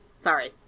Sorry